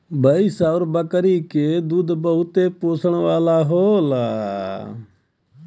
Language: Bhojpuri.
भैंस आउर बकरी के दूध बहुते पोषण वाला होला